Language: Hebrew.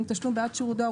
האם תשלום בעד שירות דואר,